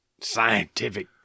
scientific